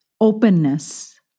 openness